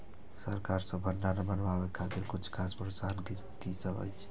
सरकार सँ भण्डार बनेवाक खातिर किछ खास प्रोत्साहन कि सब अइछ?